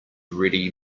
ready